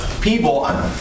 people